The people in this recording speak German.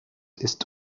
ist